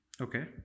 Okay